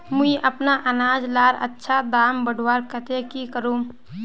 मुई अपना अनाज लार अच्छा दाम बढ़वार केते की करूम?